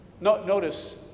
Notice